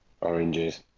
Oranges